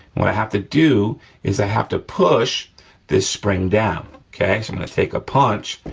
what i have to do is i have to push this spring down, okay? so i'm gonna take a punch,